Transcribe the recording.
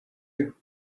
you